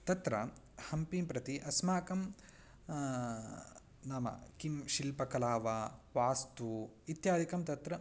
तत्र हम्पीं प्रति अस्माकं नाम किं शिल्पकला वा वास्तु इत्यादिकं तत्र